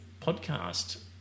podcast